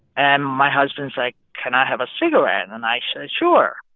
and my husband's like, can i have a cigarette? and and i said, sure.